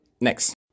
next